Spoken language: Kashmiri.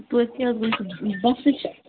توتہِ کیٛاہ حظ گوٚو بَسٕے چھِ